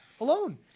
alone